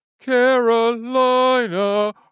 Carolina